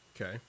Okay